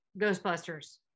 Ghostbusters